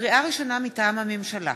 לקריאה ראשונה, מטעם הממשלה: